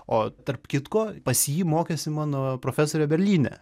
o tarp kitko pas jį mokėsi mano profesorė berlyne